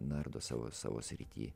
nardo savo savo srity